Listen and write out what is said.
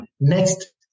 Next